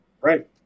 right